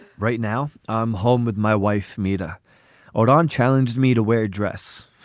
right now, i'm home with my wife. meador oron challenged me to wear a dress.